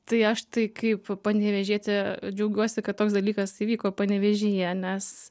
tai aš tai kaip panevėžietė džiaugiuosi kad toks dalykas įvyko panevėžyje nes